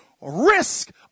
risk